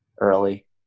early